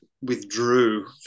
withdrew